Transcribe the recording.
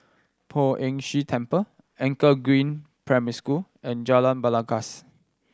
Poh Ern Shih Temple Anchor Green Primary School and Jalan Belangkas